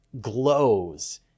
glows